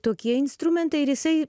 tokie instrumentai ir jisai